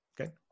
okay